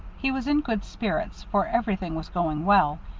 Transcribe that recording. he was in good spirits, for everything was going well,